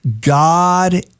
God